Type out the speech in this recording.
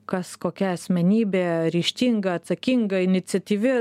kas kokia asmenybė ryžtinga atsakinga iniciatyvi